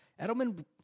Edelman